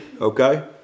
okay